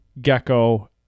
Gecko